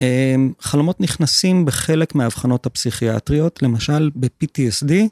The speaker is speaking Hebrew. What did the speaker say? חלומות נכנסים בחלק מהאבחנות הפסיכיאטריות, למשל ב-PTSD.